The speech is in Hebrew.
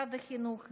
משרד החינוך,